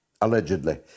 allegedly